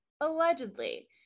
Allegedly